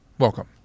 Welcome